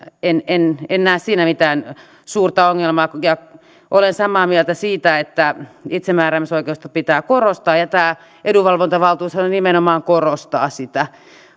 en en näe siinä mitään suurta ongelmaa ja olen samaa mieltä siitä että itsemääräämisoikeutta pitää korostaa ja tämä edunvalvontavaltuushan nimenomaan korostaa sitä